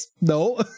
no